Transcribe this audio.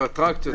והאטרקציות.